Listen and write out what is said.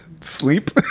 sleep